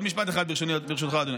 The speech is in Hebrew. עוד משפט אחד, ברשותך, אדוני.